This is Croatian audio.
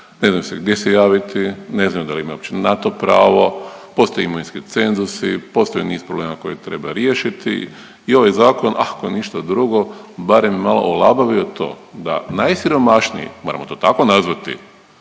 ne znaju se gdje se javiti, ne znaju da li imaju uopće na to pravo, postoji imovinski cenzusi, postoji niz problema koje treba riješiti i ovaj Zakon, ako ništa drugo, barem je malo olabavio to da najsiromašniji, moramo to tako nazvati,